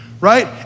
Right